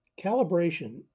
calibration